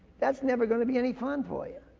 that's never gonna be any fun for you.